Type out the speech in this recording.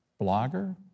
blogger